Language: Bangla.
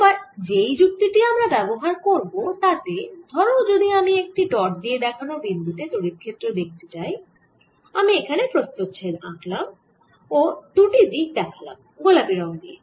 এবার যেই যুক্তি টি আমরা ব্যবহার করব তাতে ধরো যদি আমি এই ডট দিয়ে দেখান বিন্দু তে তড়িৎ ক্ষেত্র দেখতে চাই আমি এখানে প্রস্থচ্ছেদ আঁকলাম ও দুটি দিক দেখালাম গোলাপি রঙ দিয়ে